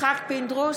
יצחק פינדרוס,